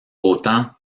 autant